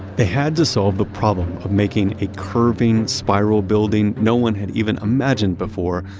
they had to solve the problem of making a curving spiral building no one had even imagined before,